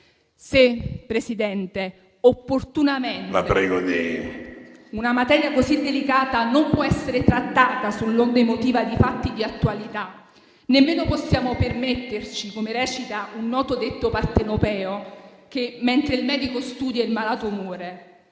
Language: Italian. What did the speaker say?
Presidente, una materia così delicata non può essere trattata sull'onda emotiva di fatti di attualità, nemmeno possiamo permetterci, come recita un noto detto partenopeo, che mentre il medico studia, il malato muoia.